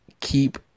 keep